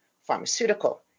pharmaceutical